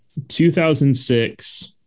2006